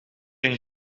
een